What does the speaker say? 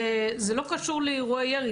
זה לא קשור לאירועי ירי,